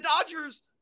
Dodgers